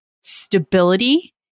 stability